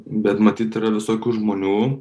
bet matyt yra visokių žmonių